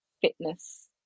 fitness